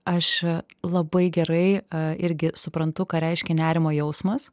aš labai gerai irgi suprantu ką reiškia nerimo jausmas